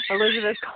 Elizabeth